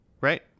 Right